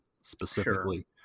specifically